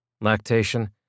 lactation